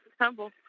humble